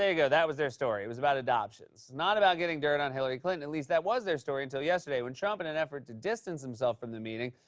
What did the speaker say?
ah go. that was their story. it was about adoptions, not about getting dirt on hillary clinton. at least that was their story until yesterday, when trump, in an effort to distance himself from the meeting,